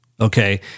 Okay